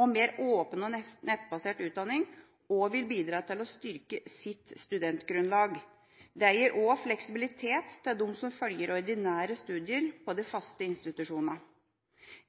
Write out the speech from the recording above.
og mer åpen og nettbasert utdanning, vil bidra til å styrke sitt studentgrunnlag. Det gir også fleksibilitet til dem som følger ordinære studier på de faste institusjonene.